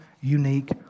unique